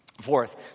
fourth